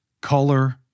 Color